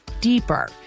deeper